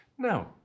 No